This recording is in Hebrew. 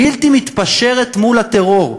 בלתי מתפשרת מול הטרור.